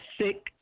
sick